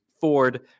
Ford